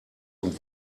und